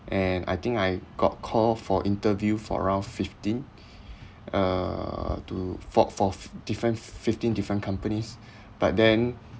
and I think I got called for interview for around fifteen uh to for for fif~ different fif~ fifteen different companies but then